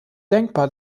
denkbar